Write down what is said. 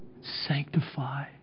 sanctify